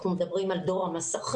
אנחנו מדברים על דור המסכים.